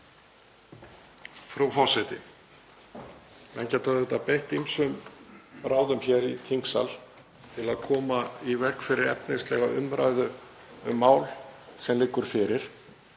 Frú forseti. Menn geta auðvitað beitt ýmsum ráðum hér í þingsal til að koma í veg fyrir efnislega umræðu um mál sem liggur fyrir.